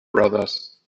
brothers